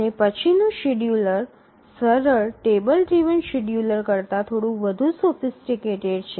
અને પછીનું શેડ્યૂલર સરળ ટેબલ ડ્રિવન શેડ્યૂલર કરતાં થોડું વધુ સોફિસટીકટેડ છે